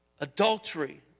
adultery